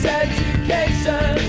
education